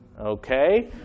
Okay